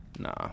Nah